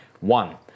One